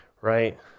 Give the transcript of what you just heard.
right